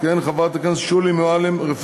תכהן חברת הכנסת שולי מועלם-רפאלי,